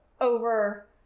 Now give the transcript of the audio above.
over